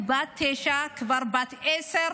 בת תשע, כבר בת עשר,